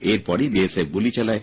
এরপরই বিএসএফ গুলি চালায়